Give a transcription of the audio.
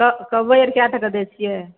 कबई कए टके दै छियै